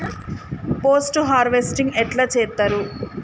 Post harvesting ఎట్ల చేత్తరు?